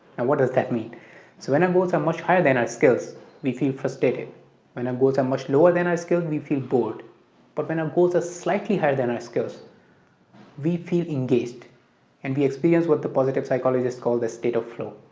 and what does that mean, so when and our goals are much higher than our skills we feel frustrated when our um goals are much lower than our skills we feel bored but when our goals are slightly higher than our skills we feel engaged and we experience what the positive psychology is called the state of flow,